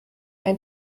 ein